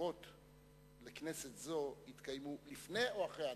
הבחירות לכנסת זו התקיימו לפני או אחרי אנאפוליס?